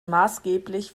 maßgeblich